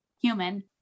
human